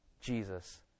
Jesus